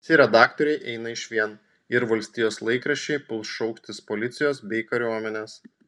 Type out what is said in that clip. visi redaktoriai eina išvien ir valstijos laikraščiai puls šauktis policijos bei kariuomenės